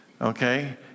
okay